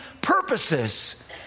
purposes